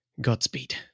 godspeed